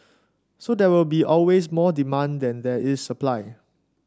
so there will be always more demand than there is supply